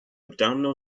abdominal